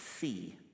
see